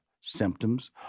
symptoms